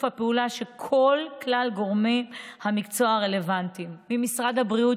הפעולה של כלל גורמי המקצוע הרלוונטיים: משרד הבריאות,